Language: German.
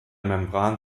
membran